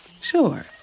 Sure